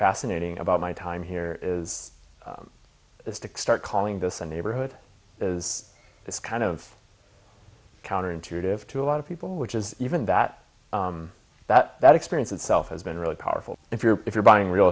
fascinating about my time here is to start calling this a neighborhood is this kind of counterintuitive to a lot of people which is even that that that experience itself has been really powerful if you're if you're buying real